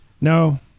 No